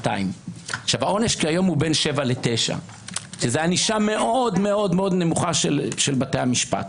כיום העונש הוא בין 9-7 שזאת ענישה מאוד נמוכה של בתי המשפט.